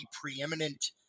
preeminent